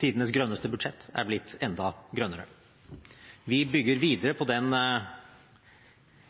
Tidenes grønneste budsjett er blitt enda grønnere. Vi bygger videre på den